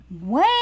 Wait